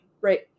right